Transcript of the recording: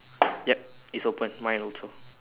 yup it's open mine also